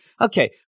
okay